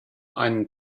einen